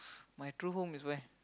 my true home is where